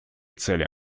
цели